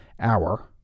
hour